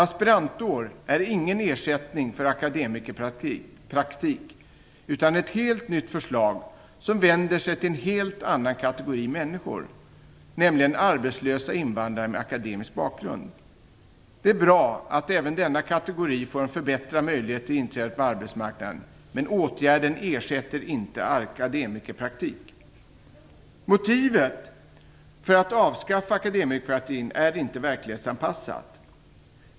Aspirantår är ingen ersättning för akademikerpraktik, utan ett helt nytt förslag, som vänder sig till en helt annan kategori människor, nämligen arbetslösa invandrare med akademisk bakgrund. Det är bra att även denna kategori får en förbättrad möjlighet till inträde på arbetsmarknaden, men åtgärden ersätter inte akademikerpraktik. Motivet för att avskaffa akademikerpraktiken är inte verklighetsanpassat.